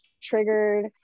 triggered